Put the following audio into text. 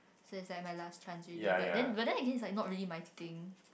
so is like my last chance already but then but then again it's like not really my thing